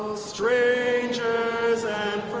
strangers and